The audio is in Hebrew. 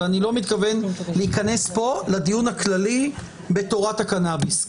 ואני לא מתכוון להיכנס פה לדיון הכללי בתורת הקנאביס.